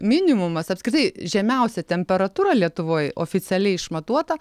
minimumas apskritai žemiausia temperatūra lietuvoj oficialiai išmatuota